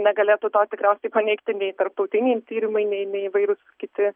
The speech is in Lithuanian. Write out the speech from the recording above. negalėtų to tikriausiai paneigti nei tarptautiniai tyrimai nei nei įvairūs kiti